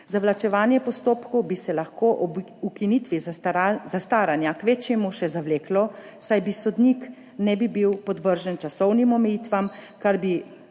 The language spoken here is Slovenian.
Zavlačevanje postopkov bi se lahko ob ukinitvi zastaranja kvečjemu še zavleklo, saj sodnik ne bi bil podvržen časovnim omejitvam, kar bi